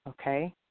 okay